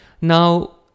now